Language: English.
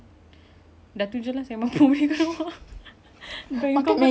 makan banyak-banyak abeh sehari jer tapi dia hantar balik tak